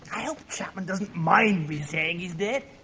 i hope chapman doesn't mind me saying he's dead.